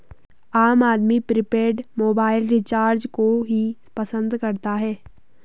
आम आदमी prepaid mobile recharge को ही पसंद करता है